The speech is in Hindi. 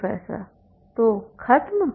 प्रोफेसर तो खत्म